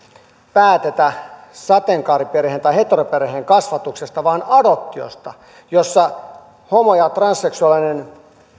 päätä sateenkaariperheen tai heteroperheen kasvatuksesta vaan adoptiosta jossa homo ja transseksuaalinen